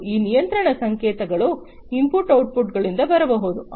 ಮತ್ತು ಈ ನಿಯಂತ್ರಣ ಸಂಕೇತಗಳು ಇನ್ಪುತ್ ಔಟ್ಪುತ್ ಗಳಿಂದ ಬರಬಹುದು